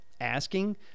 asking